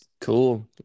Cool